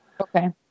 Okay